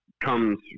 comes